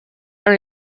are